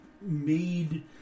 made